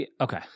Okay